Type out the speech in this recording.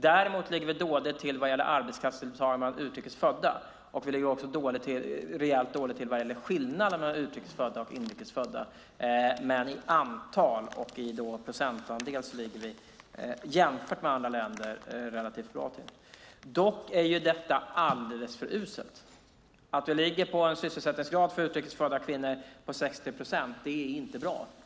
Däremot ligger vi dåligt till vad gäller arbetskraftsdeltagande bland utrikes födda, och vi ligger också rejält dåligt till vad gäller skillnaden mellan utrikes och inrikes födda. I antal och i procentandel ligger vi dock relativt bra till jämfört med andra länder. Dock är detta alldeles för uselt. Att vi för utrikes födda kvinnor ligger på en sysselsättningsgrad på 60 procent är inte bra.